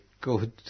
good